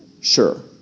Sure